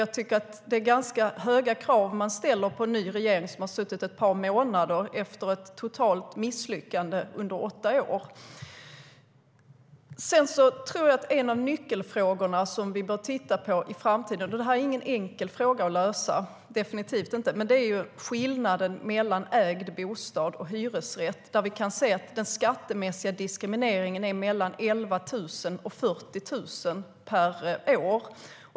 Jag tycker att man ställer ganska höga krav på en ny regering som har suttit ett par månader efter ett totalt misslyckande under åtta år. En av de nyckelfrågor som vi bör titta på i framtiden - det här är definitivt ingen enkel fråga att lösa - är skillnaden mellan ägd bostad och hyresrätt. Den skattemässiga diskrimineringen uppgår till mellan 11 000 kronor och 40 000 kronor per år.